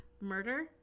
murder